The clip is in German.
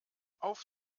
auf